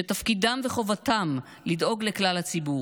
שתפקידם וחובתם לדאוג לכלל הציבור,